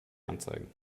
anzeigen